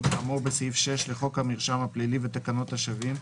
כאמור בסעיף 6 לחוק המרשם הפלילי ותקנת השבים,